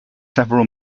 several